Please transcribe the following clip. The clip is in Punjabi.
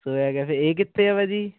ਇਹ ਕਿੱਥੇ ਹੈ ਭਾਅ ਜੀ